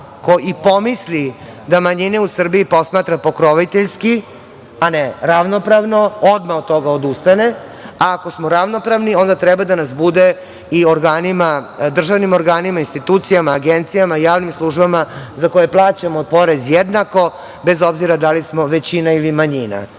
ko i pomisli da manjine u Srbiji posmatra pokroviteljski, a ne ravnopravno, odmah od toga odustane. Ako smo ravnopravni, onda treba da nas bude i u državnim organima, institucijama, agencijama, javnim službama za koje plaćamo porez jednako, bez obzira da li smo većina ili manjina. Sa